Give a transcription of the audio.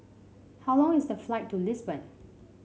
how long is the flight to Lisbon